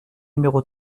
numéro